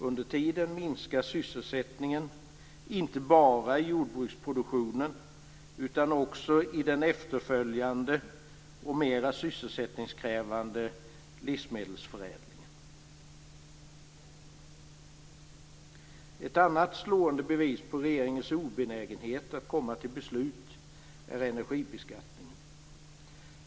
Under tiden minskar sysselsättningen, inte bara i jordbruksproduktionen utan också i den efterföljande och mer sysselsättningskrävande livsmedelsförädlingen. Ett annat slående bevis på regeringens obenägenhet att komma till beslut är energibeskattningen.